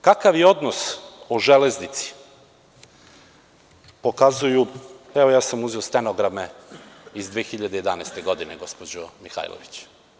Kakav je odnos u železnici, pokazuju, evo, ja sam uzeo stenogram iz 2011. godine, gospođo Mihajlović.